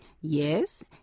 Yes